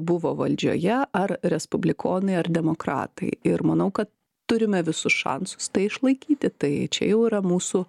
buvo valdžioje ar respublikonai ar demokratai ir manau kad turime visus šansus tai išlaikyti tai čia jau yra mūsų